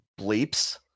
bleeps